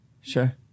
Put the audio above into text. Sure